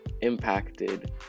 impacted